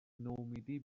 نومیدی